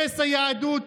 הרס היהדות,